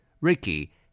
Ricky